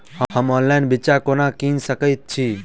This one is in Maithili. हम ऑनलाइन बिच्चा कोना किनि सके छी?